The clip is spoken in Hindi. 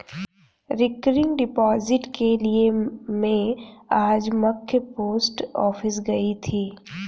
रिकरिंग डिपॉजिट के लिए में आज मख्य पोस्ट ऑफिस गयी थी